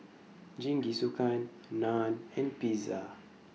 Jingisukan Naan and Pizza